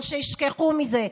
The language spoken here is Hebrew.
אבל שישכחו מזה,